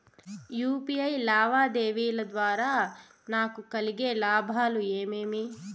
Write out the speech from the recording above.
UPI లావాదేవీల ద్వారా నాకు కలిగే లాభాలు ఏమేమీ?